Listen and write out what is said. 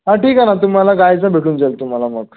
हां ठीक आहेना तुम्हाला गायीचं भेटून जाईल तुम्हाला मग